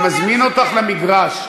אני מזמין אותך למגרש.